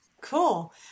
Cool